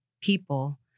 people